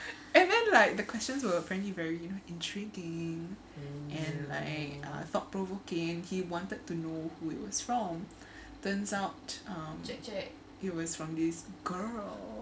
and then like the questions were apparently very you know intriguing and like uh thought provoking he wanted to know who it was from turns out um it was from this girl